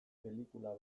pelikula